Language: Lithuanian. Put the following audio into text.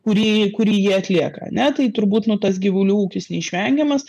kurį kurį jie atlieka ane tai turbūt nu tas gyvulių ūkis neišvengiamas